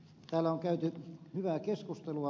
täällä on käyty hyvää keskustelua